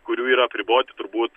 kurių yra apriboti turbūt